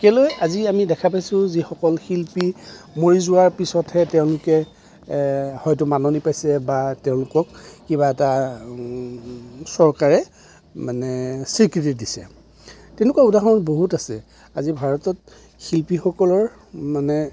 কেলৈ আজি আমি দেখা পাইছোঁ যিসকল শিল্পী মৰি যোৱাৰ পিছতহে তেওঁলোকে হয়তো মাননি পাইছে বা তেওঁলোকক কিবা এটা চৰকাৰে মানে স্বীকৃতি দিছে তেনেকুৱা উদাহৰণ বহুত আছে আজি ভাৰতত শিল্পীসকলৰ মানে